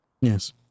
Yes